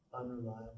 Unreliable